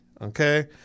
okay